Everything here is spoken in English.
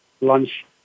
lunch